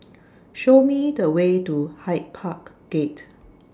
Show Me The Way to Hyde Park Gate